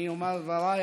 אני אומר את דבריי,